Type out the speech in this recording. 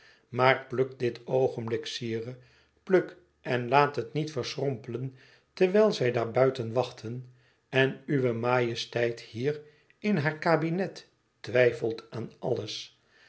maar pluk dit oogenblik sire pluk en laat het niet verschrompelen terwijl zij daarbuiten wachten en uwe majesteit hier in haar kabinet twijfelt aan alles